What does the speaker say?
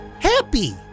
Happy